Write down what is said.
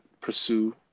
pursue